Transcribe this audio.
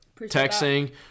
texting